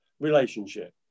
relationship